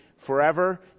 Forever